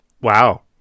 Wow